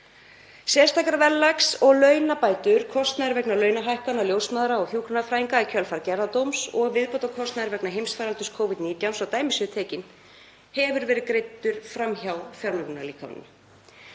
sérstakra verðlags- og launabóta, kostnaður vegna launahækkana ljósmæðra og hjúkrunarfræðinga í kjölfar gerðardóms og viðbótarkostnaður vegna heimsfaraldurs Covid-19, svo dæmi séu tekin, hefur verið greiddur fram hjá fjármögnunarlíkaninu.